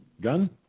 Gun